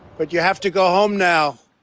but you have to go home now.